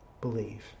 believe